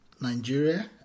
Nigeria